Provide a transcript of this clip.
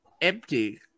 empty